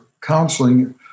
counseling